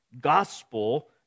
gospel